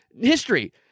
history